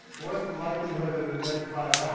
what's the likelihood in the next five hours?